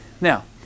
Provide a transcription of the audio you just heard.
Now